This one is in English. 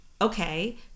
okay